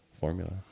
formula